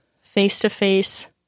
face-to-face